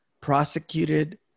prosecuted